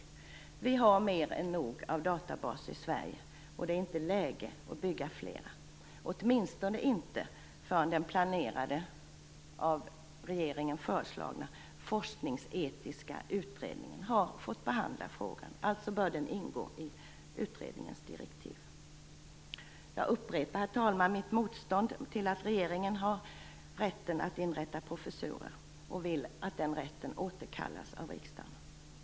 Sverige har mer än nog av databaser, och det är inte läge att bygga upp fler - åtminstone inte förrän den planerade och av regeringen föreslagna Forskningsetiska utredningen har fått behandla frågan. Den bör alltså ingå i utredningens direktiv. Herr talman! Jag upprepar mitt motstånd till att regeringen har rätten att inrätta professurer. Jag vill att den återkallas av riksdagen.